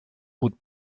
bot